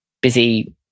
busy